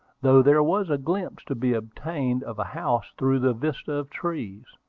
though there was a glimpse to be obtained of a house through the vista of trees.